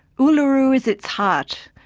uluru is its heart,